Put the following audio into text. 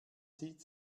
sieht